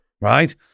right